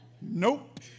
Nope